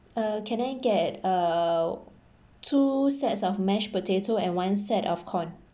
uh can I get err two sets of mashed potato and one set of corn